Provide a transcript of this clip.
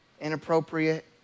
inappropriate